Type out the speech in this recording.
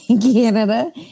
Canada